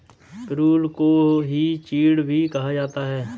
पिरुल को ही चीड़ भी कहा जाता है